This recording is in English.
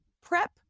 prep